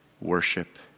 worship